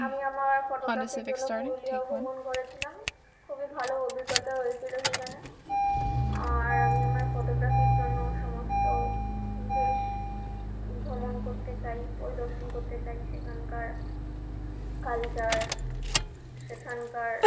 আমি আমার ফোটোগ্রাফির জন্য পুরুলিয়া ভ্রমণ করেছিলাম খুবই ভালো অভিজ্ঞতা হয়েছিলো সেখানে আর আমি আমার ফোটোগ্রাফির জন্য সমস্ত দেশ ভ্রমণ করতে চাই প্রদর্শন করতে চাই সেখানকার কালচার সেখানকার